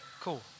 Cool